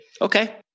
Okay